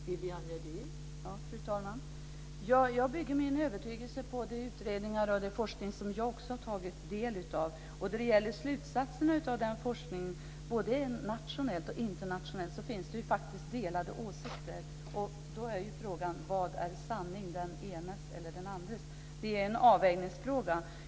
Fru talman! Jag bygger min övertygelse på de utredningar och den forskning som jag har tagit del av. Då det gäller slutsatserna av den forskningen, både nationellt och internationellt, finns det delade åsikter. Då är frågan: Vad är sanning, den enes eller den andres? Det är en avvägningsfråga.